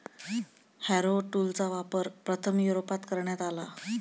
Harrow टूलचा वापर प्रथम युरोपात करण्यात आला